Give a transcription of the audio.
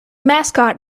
mascot